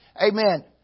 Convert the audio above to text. Amen